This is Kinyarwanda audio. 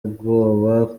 ubwoba